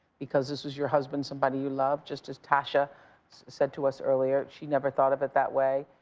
because this was your husband, somebody you loved, just as tascha said to us earlier, she never thought of it that way,